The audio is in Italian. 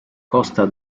costa